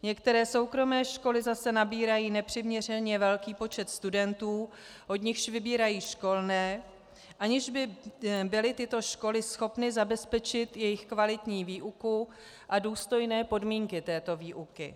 Některé soukromé školy zase nabírají nepřiměřeně velký počet studentů, od nichž vybírají školné, aniž by byly tyto školy schopny zabezpečit jejich kvalitní výuku a důstojné podmínky této výuky.